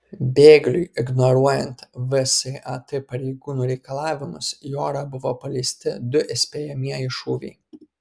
bėgliui ignoruojant vsat pareigūnų reikalavimus į orą buvo paleisti du įspėjamieji šūviai